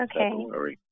okay